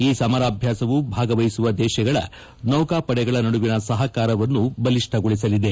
ಈ ಸಮರಾಭ್ಯಾಸವು ಭಾಗವಹಿಸುವ ದೇಶಗಳ ನೌಕಾಪಡೆಗಳ ನಡುವಿನ ಸಹಕಾರವನ್ನು ಬಲಿಷ್ಣಗೊಳಿಸಲಿದೆ